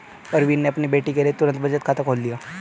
प्रवीण ने अपनी बेटी के लिए तुरंत बचत खाता खोल लिया